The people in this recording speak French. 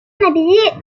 habillés